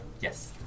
Yes